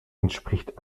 entspricht